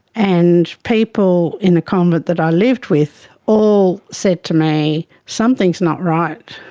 and people in the convent that i lived with all said to me, something is not right,